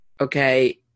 okay